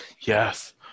Yes